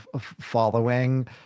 following